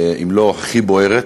אם לא הכי בוערת,